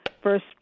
First